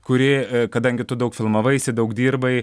kuri kadangi tu daug filmavaisi daug dirbai